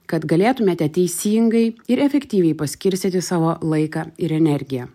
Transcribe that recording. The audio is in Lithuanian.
kad galėtumėte teisingai ir efektyviai paskirstyti savo laiką ir energiją